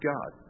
God